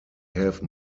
have